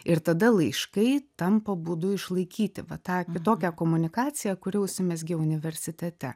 ir tada laiškai tampa būdu išlaikyti va tą kitokią komunikaciją kuri užsimezgė universitete